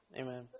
Amen